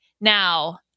Now